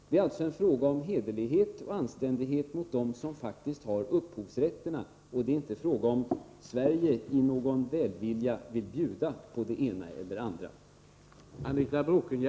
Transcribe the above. Det är alltså en fråga om hederlighet och anständighet mot dem som faktiskt har upphovsrätterna och inte om Sverige i någon välvilja vill bjuda på det ena eller det andra.